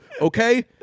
Okay